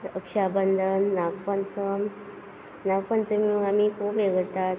रक्षाबंधन नागपंचम नागपंचमी म्हुणू आमी खूब हें करतात